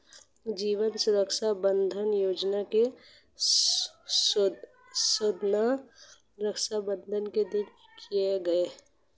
जीवन सुरक्षा बंधन योजना की घोषणा रक्षाबंधन के दिन की गई